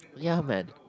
ya man